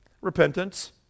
Repentance